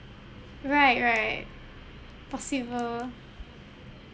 right right right possible